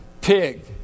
pig